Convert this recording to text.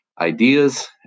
ideas